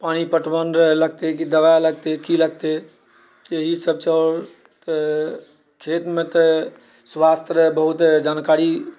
पानि पटवन रऽलगतै की दवाइ लगतै कि लगतै इएह सभ छै आओर तऽ खेतमे तऽ स्वास्थ्य रऽ बहुत जानकारी